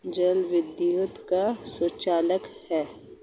जल विद्युत का सुचालक है